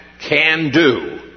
Can-Do